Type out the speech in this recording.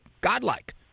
godlike